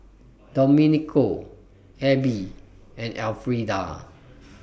Domenico Abbey and Elfreda